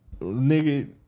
Nigga